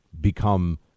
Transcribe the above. become